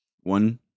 One